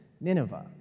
Nineveh